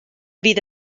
fydd